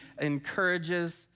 encourages